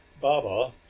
Baba